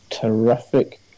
terrific